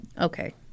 Okay